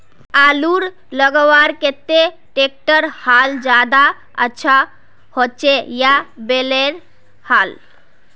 आलूर लगवार केते ट्रैक्टरेर हाल ज्यादा अच्छा होचे या बैलेर हाल?